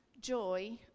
joy